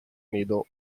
nido